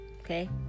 Okay